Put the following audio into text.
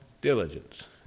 diligence